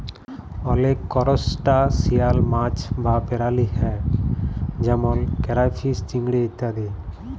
অলেক করসটাশিয়াল মাছ বা পেরালি হ্যয় যেমল কেরাইফিস, চিংড়ি ইত্যাদি